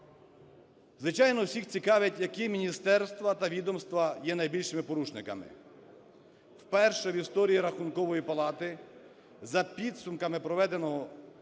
Звичайно, всіх цікавить, які міністерства та відомства є найбільшими порушниками. Вперше в історії Рахункової палати за підсумками проведених